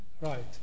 right